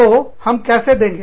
तो हम कैसे देंगे